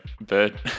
Bird